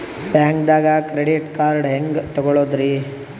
ಬ್ಯಾಂಕ್ದಾಗ credit card ಹೆಂಗ್ ತಗೊಳದ್ರಿ?